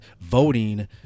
voting